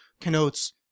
connotes